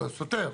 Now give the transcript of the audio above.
לא, סותר.